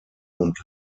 und